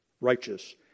righteous